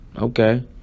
Okay